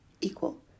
equal